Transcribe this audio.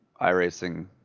iRacing